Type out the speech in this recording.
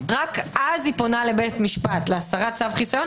רק אז היא פונה לבית משפט להסרת צו חיסיון